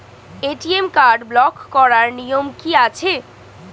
ATM card block করার নিয়ম কি আছে?